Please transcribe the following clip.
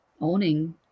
owning